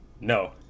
no